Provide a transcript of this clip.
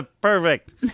Perfect